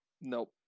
nope